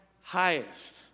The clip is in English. highest